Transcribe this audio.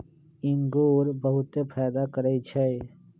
इंगूर बहुते फायदा करै छइ